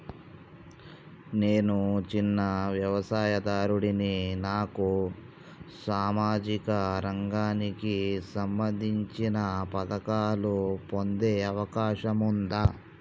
నేను చిన్న వ్యవసాయదారుడిని నాకు సామాజిక రంగానికి సంబంధించిన పథకాలు పొందే అవకాశం ఉందా?